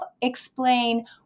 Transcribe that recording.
explain